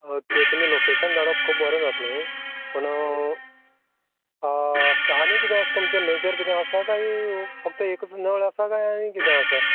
okay तुमी location धाडप खूब बरें जात्लें न्ही पूण सा आनी किदें आस् तुमचें मेजर किदें आसा काय फक्त एकच नळ आसा काय आनीक किदें आसा